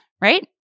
right